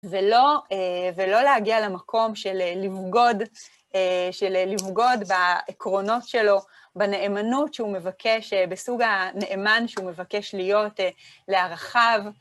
ולא להגיע למקום של לבגוד, של לבגוד בעקרונות שלו, בנאמנות שהוא מבקש, בסוג הנאמן שהוא מבקש להיות לערכיו.